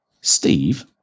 Steve